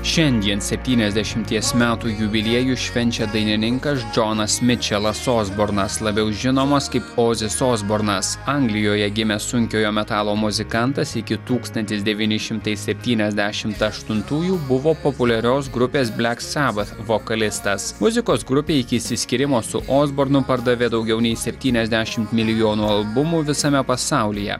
šiandien septyniasdešimties metų jubiliejų švenčia dainininkas džonas mičelas osbornas labiau žinomas kaip ozis osbornas anglijoje gimęs sunkiojo metalo muzikantas iki tūkstantis devyni šimtai septyniasdešimt aštuntųjų buvo populiarios grupės black sabbath vokalistas muzikos grupė iki išsiskyrimo su osbornu pardavė daugiau nei septyniasdešimt milijonų albumų visame pasaulyje